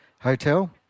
hotel